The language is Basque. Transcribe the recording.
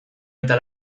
eta